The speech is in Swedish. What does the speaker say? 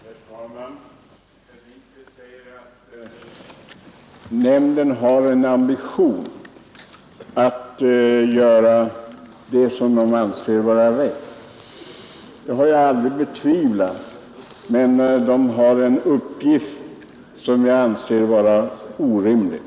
Herr talman! Herr Lindkvist säger att nämnden har en ambition att göra det som den anser vara rätt. Det har jag aldrig betvivlat, men den har en uppgift som jag anser vara orimlig.